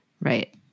Right